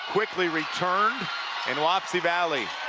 quickly returned and wapsie valley